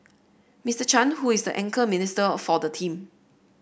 Mister Chan who is the anchor minister for the team